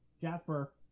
Jasper